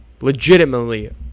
legitimately